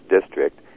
district